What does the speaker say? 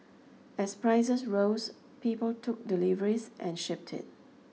as prices rose people took deliveries and shipped it